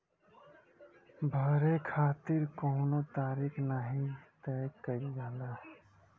भरे खातिर कउनो तारीख नाही तय कईल जाला